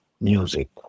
music